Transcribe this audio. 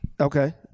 Okay